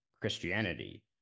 Christianity